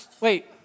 wait